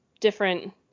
different